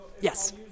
yes